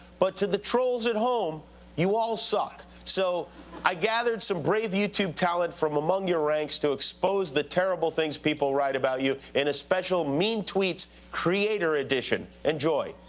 but to the trolls at home you all suck. so i gathered brave youtube talent from among your ranks to expose the terrible things people write about you in a special mean tweets creator edition. enjoy.